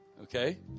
Okay